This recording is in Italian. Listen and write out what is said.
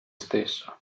stesso